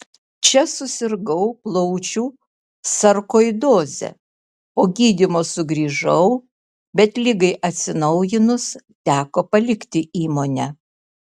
čia susirgau plaučių sarkoidoze po gydymo sugrįžau bet ligai atsinaujinus teko palikti įmonę